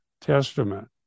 testament